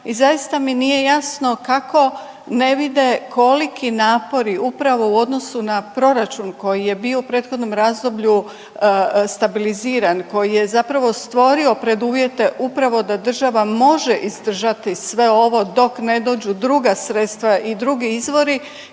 i zaista mi nije jasno kako ne vide koliki napori upravo u odnosu na proračun koji je bio u prethodnom razdoblju stabiliziran, koji je zapravo stvorio preduvjete upravo da država može izdržati sve ovo dok ne dođu druga sredstva i drugi izvori